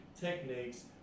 techniques